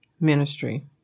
ministry